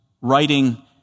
writing